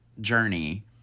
journey